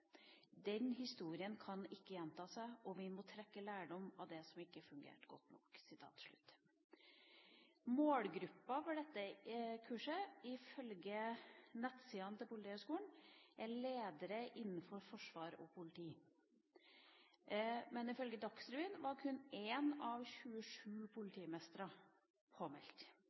Den historien kan ikke gjenta seg, og vi må trekke lærdom av det som ikke fungerte godt nok.» Målgruppa for dette kurset er ifølge Politihøgskolens nettsider, ledere innenfor forsvar og politi. Men ifølge Dagsrevyen var kun én av 27 politimestre påmeldt.